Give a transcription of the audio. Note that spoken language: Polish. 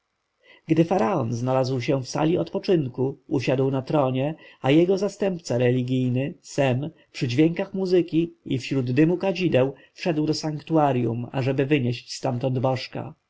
faraon znalazł się w sali odpoczynku usiadł na tronie a jego zastępca religijny sem przy dźwiękach muzyki i wśród dymu kadzideł wszedł do sanktuarjum ażeby wynieść stamtąd bożka